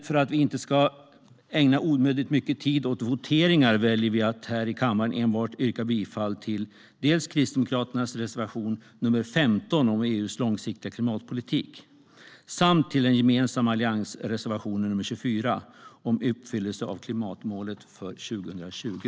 För att vi inte ska ägna onödigt mycket tid åt voteringar väljer vi dock att här i kammaren enbart yrka bifall till Kristdemokraternas reservation 15 om EU:s långsiktiga klimatpolitik och till den gemensamma alliansreservationen 24 om uppfyllelse av klimatmålet för 2020.